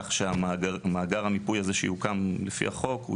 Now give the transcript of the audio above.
כך שמאגר המיפוי הזה שיוקם על פי החוק הוא